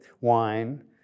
wine